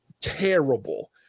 terrible